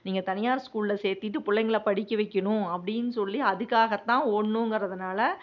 நீங்கள் தனியார் ஸ்கூலில் சேர்த்திட்டு பிள்ளைங்கள படிக்க வைக்கணும் அப்படின்னு சொல்லி அதுக்காகத்தான் ஓடணுங்கிறதனால்